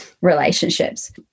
relationships